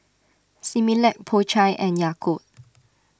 Similac Po Chai and Yakult